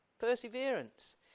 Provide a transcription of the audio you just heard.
perseverance